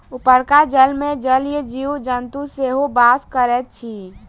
उपरका जलमे जलीय जीव जन्तु सेहो बास करैत अछि